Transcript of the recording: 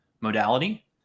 modality